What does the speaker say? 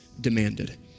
demanded